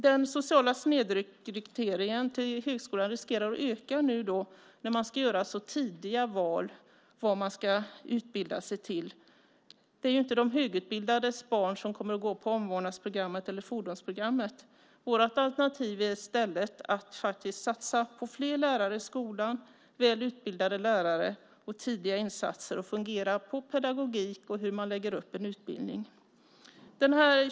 Den sociala snedrekryteringen till högskolan riskerar att öka när man ska göra så tidiga val av vad man ska utbilda sig till. Det är inte de högutbildades barn som kommer att gå på omvårdnadsprogrammet eller fordonsprogrammet. Vårt alternativ är att i stället satsa på fler lärare i skolan, väl utbildade lärare och tidiga insatser på pedagogik och hur utbildningen läggs upp.